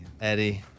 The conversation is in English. Eddie